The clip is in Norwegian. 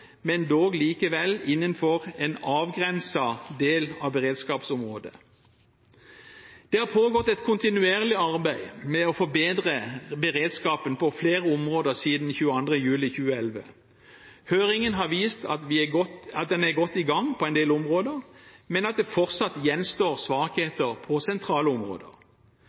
men dog likevel innenfor en avgrenset del av beredskapsområdet. Det har pågått et kontinuerlig arbeid med å forbedre beredskapen på flere områder siden 22. juli 2011. Høringen har vist at en er godt i gang på en del områder, men at det fortsatt gjenstår svakheter på sentrale områder.